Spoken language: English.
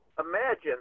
imagine